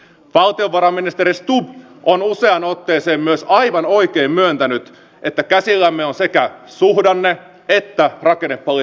valtiovarainministeri stubb on useaan otteeseen myös aivan oikein myöntänyt että käsillämme on sekä suhdanne että rakennepoliittinen kriisi